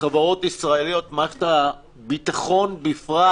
חברות ישראליות, מערכת הביטחון בפרט